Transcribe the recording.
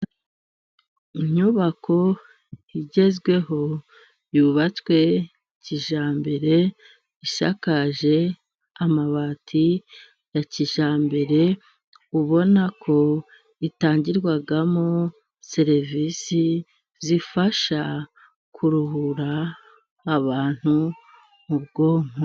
Inyubako igezweho yubatswe kijyambere, isakaje amabati ya kijyambere, ubonako itangirwamo serivisi zifasha kuruhura abantu mu bwonko.